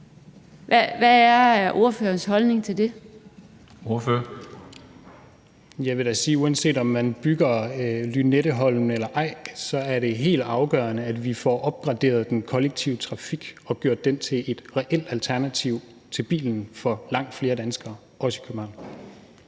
Rasmus Vestergaard Madsen (EL): Jeg vil da sige, at uanset om man bygger Lynetteholmen eller ej, er det helt afgørende, at vi får opgraderet den kollektive trafik og gjort den til et reelt alternativ til bilen for langt flere danskere, også i København.